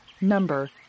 Number